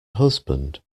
husband